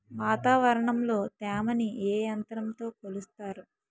వాతావరణంలో తేమని ఏ యంత్రంతో కొలుస్తారు?